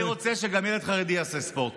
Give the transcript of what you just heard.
אני רוצה שגם ילד חרדי יעשה ספורט.